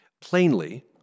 Plainly